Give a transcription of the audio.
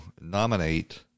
nominate